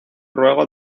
ruego